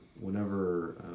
whenever